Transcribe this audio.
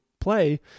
play